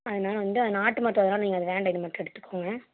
அதனால வந்து அது நாட்டுமருத்துவம் அதனால நீங்கள் அது வேண்டாம் இது மட்டும் எடுத்துக்கோங்க